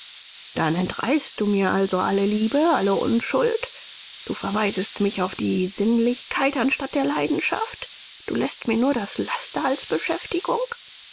dann entreißt du mir also alle liebe alle unschuld du verweisest mich auf die sinnlichkeit anstatt der leidenschaft du läßt mir nur das laster als beschäftigung